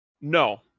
no